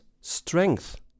strength